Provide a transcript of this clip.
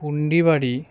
Pundibari